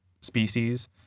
species